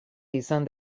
izan